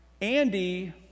Andy